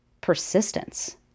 persistence